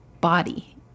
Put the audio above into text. body